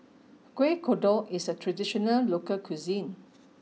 Kuih Kodok is a traditional local cuisine